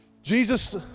Jesus